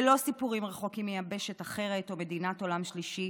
אלה לא סיפורים רחוקים מיבשת אחרת או ממדינת עולם שלישי,